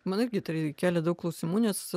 man irgi tai kelia daug klausimų nes